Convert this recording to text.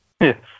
Yes